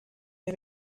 les